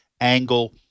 angle